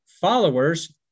followers